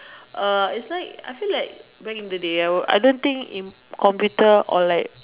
uh it's like I feel like back in the day I will I don't think in computer or like